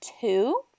two